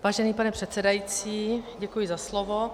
Vážený pane předsedající, děkuji za slovo.